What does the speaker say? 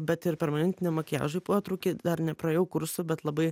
bet ir permanentiniam makiažui potraukį dar nepraėjau kursų bet labai